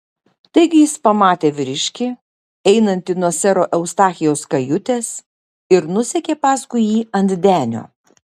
taigi jis pamatė vyriškį einantį nuo sero eustachijaus kajutės ir nusekė paskui jį ant denio